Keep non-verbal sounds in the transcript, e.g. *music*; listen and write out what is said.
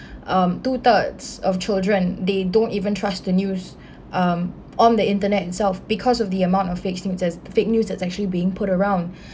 um two thirds of children they don't even trust the news *breath* um on the internet itself because of the amount of fake news that's fake news had actually being put around *breath*